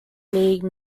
league